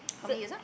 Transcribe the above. how many year ah